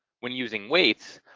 when using weights,